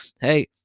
hey